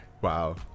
Wow